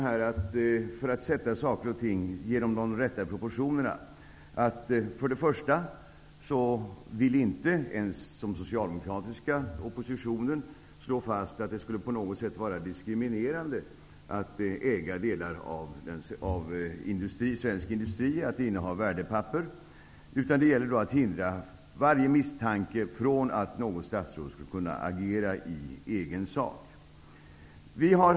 Men för att ge saker och ting de rätta proportionerna kan följande sägas. Den socialdemokratiska oppositionen vill inte att det slås fast att det på något sätt skulle vara diskriminerande att äga delar av svensk industri och att inneha värdepaper. Istället gäller det ju att förhindra att misstanke uppstår om att något statsråd skulle agera i egen sak.